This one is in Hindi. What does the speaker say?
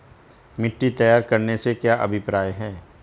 मिट्टी तैयार करने से क्या अभिप्राय है?